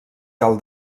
cal